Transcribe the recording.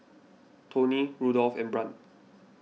Toney Rudolph and Brant